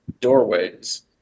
doorways